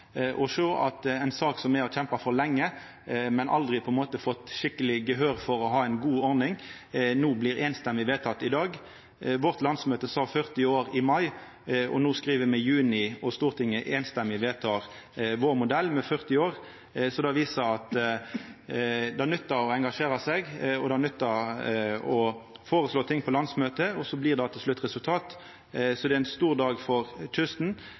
å sjå ei sak me har kjempa for lenge – men der me aldri på ein måte har fått skikkeleg gehør for ei god ordning – blir samrøystes vedteke no i dag. Vårt landsmøte sa 40 år i mai. No skriv me juni, og Stortinget vedtek samrøystes vår modell med 40 år. Det viser at det nyttar å engasjera seg, og at det nyttar å føreslå ting for landsmøtet. Det gjev til slutt resultat. Det er ein stor dag for kysten